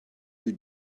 you